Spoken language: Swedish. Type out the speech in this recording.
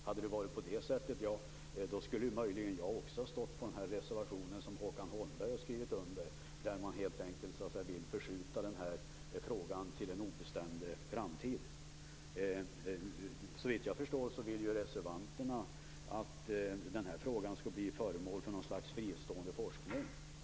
Hade det varit så, skulle möjligen också jag har stått bakom den reservation som Håkan Holmberg har skrivit under och där man helt enkelt vill skjuta den här frågan på en obestämd framtid. Såvitt jag förstår vill reservanterna att den här frågan skall bli föremål för något slags fristående forskning.